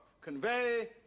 convey